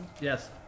yes